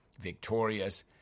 victorious